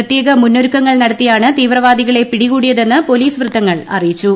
പ്രത്യേക മുന്നൊരുക്കങ്ങൾ നടത്തിയാണ് തീവ്രവാദികളെ പിടികൂടിയതെന്ന് പോലീസ് വൃത്തങ്ങൾ പറഞ്ഞു